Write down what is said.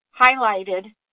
highlighted